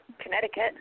Connecticut